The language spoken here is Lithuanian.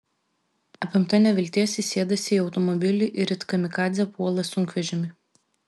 apimta nevilties ji sėdasi į automobilį ir it kamikadzė puola sunkvežimį